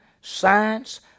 science